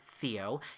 Theo